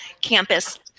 campus